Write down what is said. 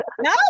No